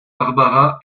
barbara